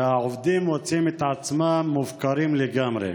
והעובדים מוצאים את עצמם מופקרים לגמרי.